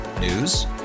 News